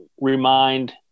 remind